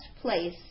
place